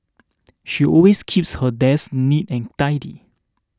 she always keeps her desk neat and tidy